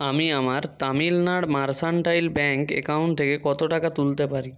আমি আমার Tamilnad mercantile bank account থেকে কত টাকা তুলতে পারি